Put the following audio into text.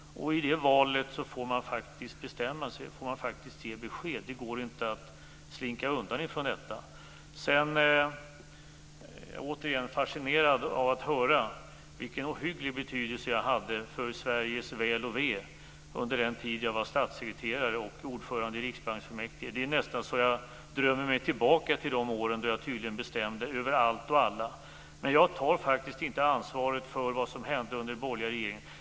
I det valet får man faktiskt bestämma sig, får man faktiskt ge besked. Det går inte att slinka undan från detta. Återigen: Jag är fascinerad av att höra vilken ohygglig betydelse jag hade för Sveriges väl och ve under den tid jag var statssekreterare och ordförande i riksbanksfullmäktige. Det är nästan så att jag drömmer mig tillbaka till de åren då jag tydligen bestämde över allt och alla. Men jag tar faktiskt inte ansvaret för vad som hände under den borgerliga regeringen.